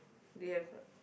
they have a